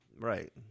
right